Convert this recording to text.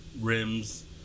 rims